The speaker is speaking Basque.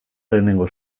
lehenengo